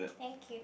thank you